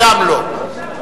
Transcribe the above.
גם לא.